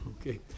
Okay